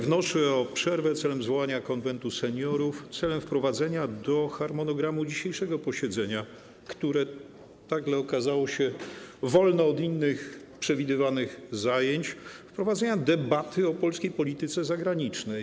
Wnoszę o przerwę celem zwołania Konwentu Seniorów celem wprowadzenia do harmonogramu dzisiejszego posiedzenia, które nagle okazało się wolne od innych przewidywanych zajęć, debaty o polskiej polityce zagranicznej.